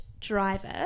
driver